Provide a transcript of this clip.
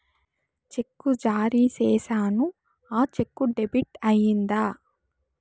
చెక్కు జారీ సేసాను, ఆ చెక్కు డెబిట్ అయిందా